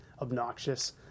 obnoxious